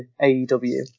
AEW